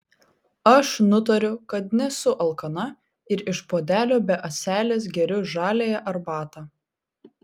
aš nutariu kad nesu alkana ir iš puodelio be ąselės geriu žaliąją arbatą